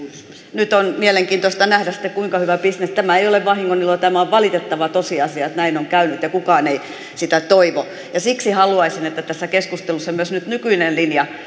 nyt on mielenkiintoista nähdä sitten kuinka hyvä bisnes tämä ei ole vahingoniloa tämä on valitettava tosiasia että näin on käynyt ja kukaan ei sitä toivo siksi haluaisin että tässä keskustelussa myös nykyinen linja